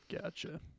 Gotcha